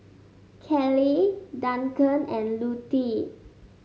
Kellee Duncan and Lutie